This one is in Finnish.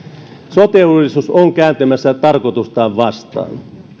sote uudistus on kääntymässä tarkoitustaan vastaan